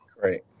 Great